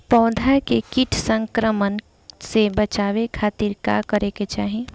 पौधा के कीट संक्रमण से बचावे खातिर का करे के चाहीं?